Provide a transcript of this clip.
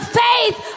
faith